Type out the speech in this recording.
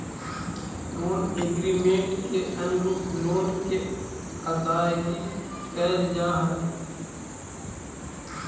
loan agreement के अनुरूप loan के अदायगी कैल जा हई